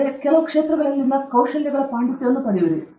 ನಂತರ ನೀವು ಕ್ಷೇತ್ರದಲ್ಲಿ ಕೌಶಲ್ಯಗಳ ಪಾಂಡಿತ್ಯ ಹೊಂದಿರಬೇಕು